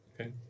okay